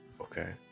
okay